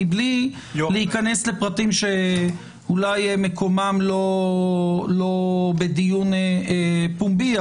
מבלי להיכנס לפרטים שאולי מקומם לא בדיון פומבי,